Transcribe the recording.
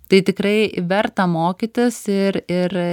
tai tikrai verta mokytis ir ir